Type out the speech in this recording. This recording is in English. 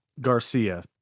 Garcia